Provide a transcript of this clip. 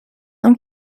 ans